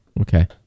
Okay